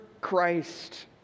Christ